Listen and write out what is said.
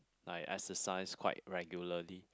I exercise quite regularly